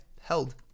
Held